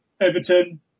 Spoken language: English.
Everton